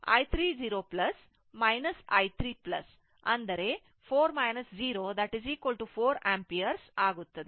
ಆದ್ದರಿಂದ i 3 i 30 i 3 ಅಂದರೆ 4 0 4 ampere ಆಗಿರುತ್ತದೆ